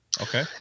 Okay